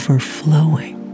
Overflowing